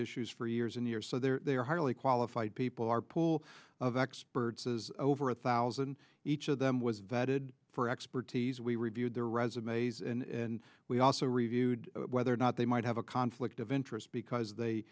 issues for years and years so they are highly qualified people are pool of experts is over a thousand each of them was vetted for expertise we reviewed their resumes and we also reviewed whether or not they might have a conflict of interest because they